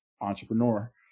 entrepreneur